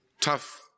tough